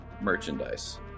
merchandise